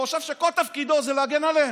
הוא חושב שכל תפקידו זה להגן עליהם.